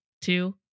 two